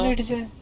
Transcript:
and to two